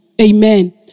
Amen